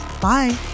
bye